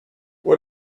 what